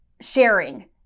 sharing